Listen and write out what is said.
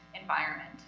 environment